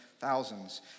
thousands